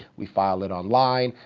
we file it online,